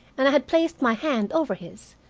and i had placed my hand over his,